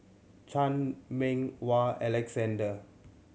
Chan Meng Wah Alexander